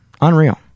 Unreal